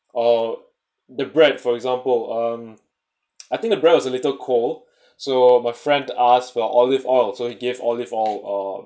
or the bread for example um I think the bread was a little cold so my friend asked for olive oil so he gave olive oil or